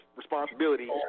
responsibility